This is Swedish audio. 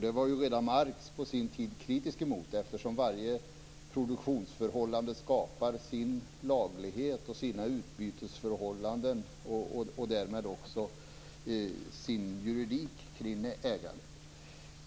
Det var ju redan Marx på sin tid kritisk mot eftersom varje produktionsförhållande skapar sin laglighet, sina utbytesförhållanden och därmed också sin juridik kring ägandet.